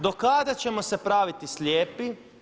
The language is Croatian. Do kada ćemo se praviti slijepi?